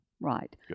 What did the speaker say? Right